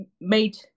made